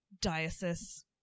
diocese